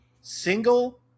single